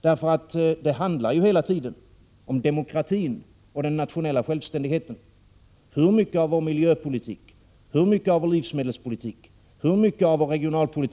—, därför att det hela tiden handlar om demokratin och den nationella självständigheten, om hur mycket av vår miljöpolitik, vår livsmedelspolitik, vår regionalpolitik, vår handelspo — Prot.